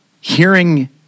hearing